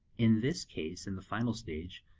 in this case, and the final stage,